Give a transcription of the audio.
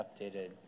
updated